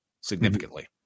significantly